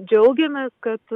džiaugiamės kad